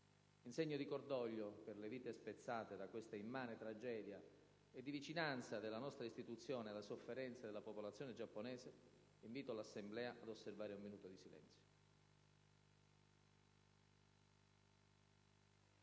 In segno di cordoglio per le vite spezzate da questa immane tragedia e di vicinanza della nostra Istituzione alla sofferenza della popolazione giapponese, invito l'Assemblea ad osservare un minuto di silenzio.